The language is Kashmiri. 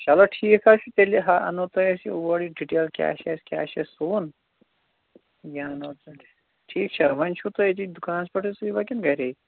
چَلو ٹھیٖک حظ چھُ تیٚلہِ انہو تۅہہِ أسۍ یہِ اور ڈِٹیل کیٛاہ چھُ اسہِ کیٛاہ چھُ اسہِ سُوُن یہِ انہو تیٚلہِ ٹھیٖک چھا وۅنۍ چھُ تُہۍ أتی دُکانس پیٚٹھٕے سُےوا کِنہٕ گرے